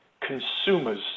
consumers